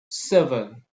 seven